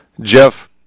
Jeff